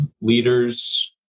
leaders